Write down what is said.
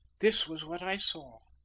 this was what i saw.